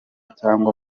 cyangwa